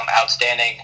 outstanding